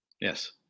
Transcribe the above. Yes